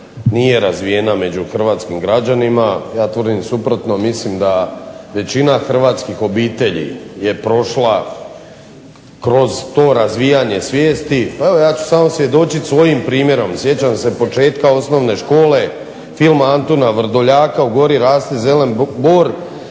nije razvijena među hrvatskim građanima. Ja tvrdim suprotno, mislim da većina hrvatskih obitelji je prošla kroz to razvijanje svijesti. Evo ja ću samo svjedočiti svojim primjerom. Sjećam se početka osnovne škole filma Antuna Vrdoljaka "U gori raste zelen bor"